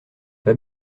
pas